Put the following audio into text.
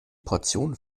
portion